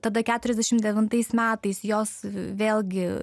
tada keturiasdešim devintais metais jos vėlgi